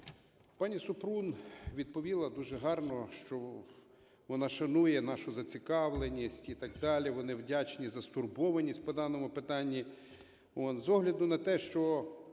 Пані Супрун відповіла дуже гарно, що вона шанує нашу зацікавленість і так далі, вони вдячні за стурбованість по даному питанню. З огляду на те, що